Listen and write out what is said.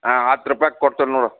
ಹಾಂ ಹತ್ತು ರೂಪಾಯ್ಗ್ ಕೊಡ್ತೇನೆ ನೋಡು